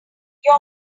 your